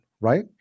right